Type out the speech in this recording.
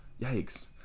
yikes